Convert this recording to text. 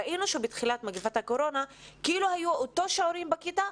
ראינו שבתחילת מגפת הקורונה כאילו היו אותם שיעורים בכיתה,